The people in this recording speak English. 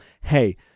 hey